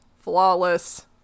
Flawless